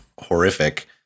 horrific